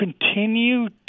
continue